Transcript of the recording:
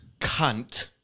cunt